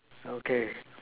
okay